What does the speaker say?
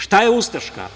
Šta je ustaška?